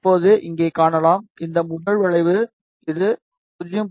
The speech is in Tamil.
இப்போது இங்கே காணலாம் இந்த முதல் வளைவு இது 0